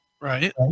right